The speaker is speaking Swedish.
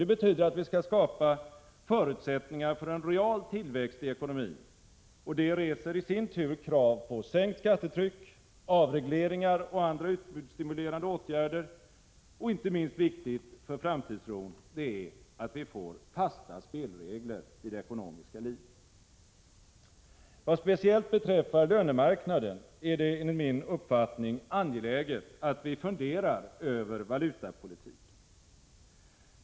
Det betyder att vi skall skapa förutsättningar för en real tillväxt i ekonomin, och det reser i sin tur krav på sänkt skattetryck, avregleringar och andra utbudsstimulerande åtgärder. Inte minst viktigt för framtidstron är att vi får fasta spelregler i det ekonomiska livet. Vad speciellt beträffar lönemarknaden är det enligt min uppfattning angeläget att vi funderar över valutapolitiken.